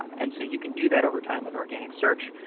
and so you can do that over time with organic search.